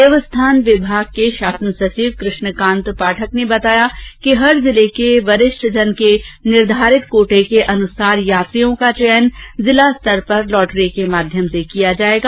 देवस्थान विभाग के शासन सचिव कृष्णकांत पाठक ने बताया कि हर जिले के वरिष्ठजन के निर्धारित कोटे के अनुसार यात्रियों का चयन जिला स्तर पर लॉटरी के माध्यम से किया जाएगा